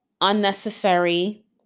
unnecessary